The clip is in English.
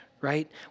right